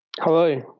Hello